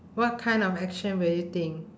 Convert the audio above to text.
what kind of action will you think